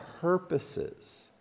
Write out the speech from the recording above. purposes